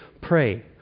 pray